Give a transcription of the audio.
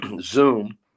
Zoom